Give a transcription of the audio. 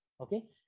okay